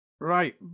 Right